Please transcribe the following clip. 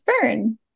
fern